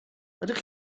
ydych